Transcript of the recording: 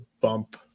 bump